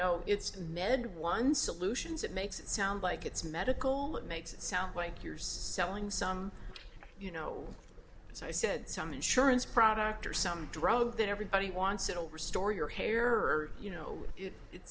know it's med one solutions it makes it sound like it's medical makes it sound like yours selling son you know as i said some insurance product or some drug that everybody wants it'll restore your hair or you know it